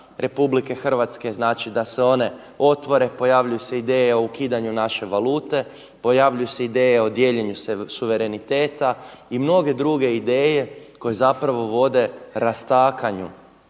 Republike Hrvatske, znači da se one otvore. Pojavljuju se ideje o ukidanju naše valute. Pojavljuju se ideje o dijeljenju suvereniteta i mnoge druge ideje koje zapravo vode rastakanju